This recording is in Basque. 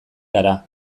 gara